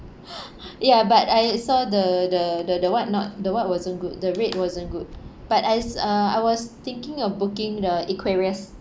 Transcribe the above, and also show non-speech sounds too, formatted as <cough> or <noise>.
<laughs> ya but I I saw the the the the what not the what wasn't good the rate wasn't good but I s~ uh I was thinking of booking the equarius